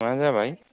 मा जाबाय